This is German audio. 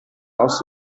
aus